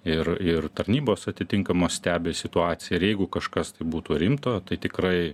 ir ir tarnybos atitinkamos stebi situaciją ir jeigu kažkas tai būtų rimto tai tikrai